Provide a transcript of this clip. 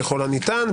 ככל הניתן,